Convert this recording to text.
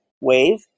wave